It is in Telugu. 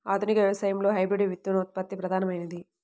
ఆధునిక వ్యవసాయంలో హైబ్రిడ్ విత్తనోత్పత్తి ప్రధానమైనది